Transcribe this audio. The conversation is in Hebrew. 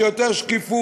של יותר שקיפות,